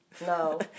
No